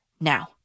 now